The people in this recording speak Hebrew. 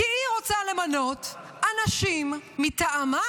כי היא רוצה למנות אנשים מטעמה,